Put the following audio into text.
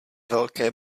velké